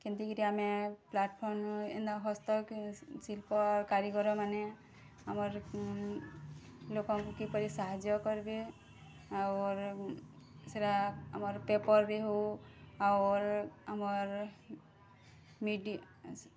କେନ୍ତି କିରି ଆମେ ପ୍ଲାଟ୍ଫର୍ମ ଏନ୍ତା ହସ୍ତଶିଲ୍ପ କାରିଗରମାନେ ଆମର୍ ଲୋକଙ୍କୁ କିପରି ସାହାର୍ଯ୍ୟ କରିବେ ଔର୍ ସେଟା ଆମର୍ ପେପର୍ରେ ହଉ ଔର୍ ଆମର୍ ମିଡ଼ି